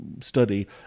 study